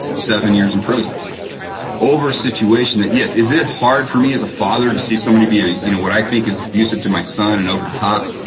seven years in prison over a situation that yes, is it hard for me as a father to see somebody be ah you know what i think is abusive to my son and over the top?